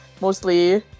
Mostly